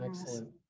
excellent